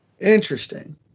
Interesting